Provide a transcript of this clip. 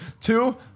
Two